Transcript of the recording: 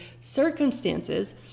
circumstances